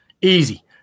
easy